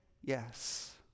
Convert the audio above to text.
yes